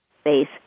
space